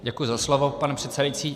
Děkuji za slovo, pane předsedající.